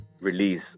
release